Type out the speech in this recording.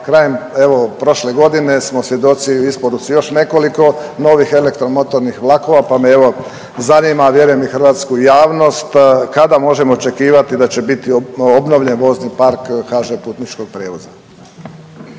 Krajem evo prošle godine smo svjedoci isporuci još nekoliko novih elektromotornih vlakova pa me evo zanima, a vjerujem i hrvatsku javnost kada možemo očekivati da će biti obnovljen vozni park HŽ putničkog prijevoza?